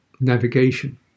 navigation